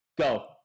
Go